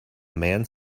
man